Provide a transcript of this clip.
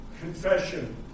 confession